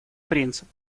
принцип